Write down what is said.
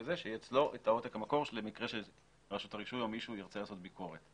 שיהיה אצלו עותק המקור למקרה שרשות הרישוי או מישהו ירצה לעשות ביקורת.